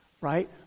right